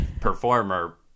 performer